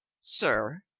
sir,